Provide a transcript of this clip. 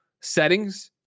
settings